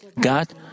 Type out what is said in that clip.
God